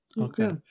okay